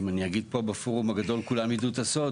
אם אני אגיד פה בפורום הגדול אז כולם ידעו את הסוד,